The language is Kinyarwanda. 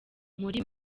muri